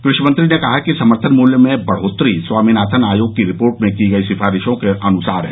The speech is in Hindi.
कृषि मंत्री ने कहा कि समर्थन मूल्य में बढोतरी स्वामीनाथन आयोग की रिपोर्ट में की गई सिफारिशों के अनुसार है